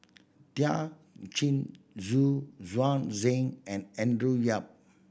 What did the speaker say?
Thiam Chin Xu Yuan Zhen and Andrew Yip